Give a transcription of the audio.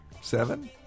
Seven